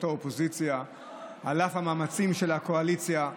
האופוזיציה על אף המאמצים של הקואליציה,